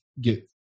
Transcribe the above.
get